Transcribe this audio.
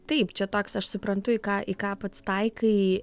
taip čia toks aš suprantu į ką į ką pats taikai